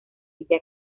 villa